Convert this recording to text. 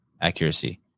accuracy